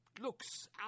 looks